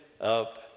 up